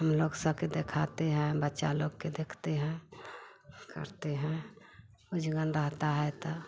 सब लोग सब के देखते हैं बच्चा लोग के देखते हैं करते हैं कुछ गंध आता है तो